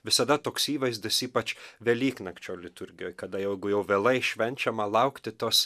visada toks įvaizdis ypač velyknakčio liturgijoj kada jeigu jau vėlai švenčiama laukti tos